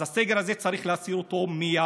אז הסגר הזה, צריך להסיר אותו מייד,